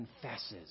confesses